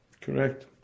Correct